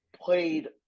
played